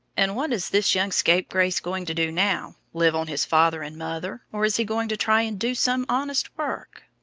and what is this young scapegrace going to do now? live on his father and mother, or is he going to try and do some honest work?